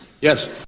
Yes